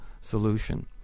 solution